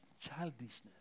childishness